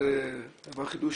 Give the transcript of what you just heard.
זה חידוש,